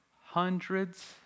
hundreds